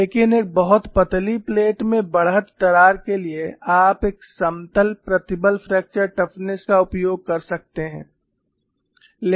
लेकिन एक बहुत पतली प्लेट में बढ़त दरार के लिए आप एक समतल प्रतिबल फ्रैक्चर टफनेस का उपयोग कर सकते हैं